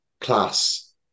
class